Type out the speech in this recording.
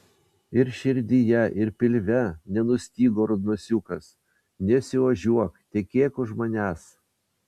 ir širdyje ir pilve nenustygo rudnosiukas nesiožiuok tekėk už manęs